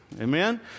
Amen